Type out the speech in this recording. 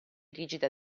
rigida